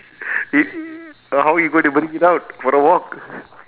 it uh how you gonna bring it out for a walk